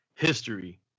history